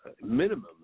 minimum